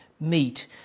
meet